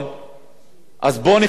אז בואו נחבר את הבתים האלה.